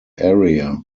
area